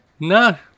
No